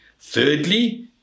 thirdly